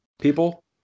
People